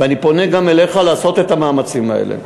ואני פונה גם אליך לעשות את המאמצים האלה.